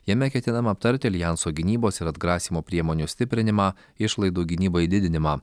jame ketinama aptarti aljanso gynybos ir atgrasymo priemonių stiprinimą išlaidų gynybai didinimą